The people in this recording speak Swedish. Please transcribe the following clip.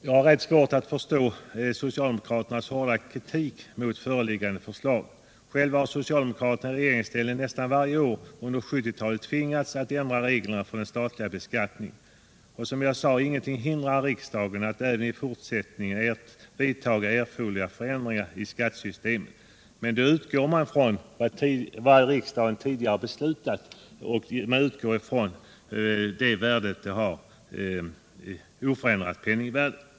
Jag har svårt att förstå socialdemokraternas hårda kritik mot föreliggande förslag. Själva har socialdemokraterna i regeringsställning nästan varje år under 1970-talet tvingats att ändra reglerna för den statliga beskattningen. Som jag redan framhållit är det ingenting som hindrar riksdagen att även i fortsättningen företa erforderliga förändringar i skattesystemet. Men då utgår man från vad riksdagen tidigare beslutat och från ett oförändrat penningvärde.